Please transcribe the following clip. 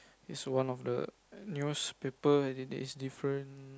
is one of the newspaper as in it's different